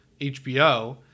HBO